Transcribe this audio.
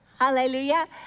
Hallelujah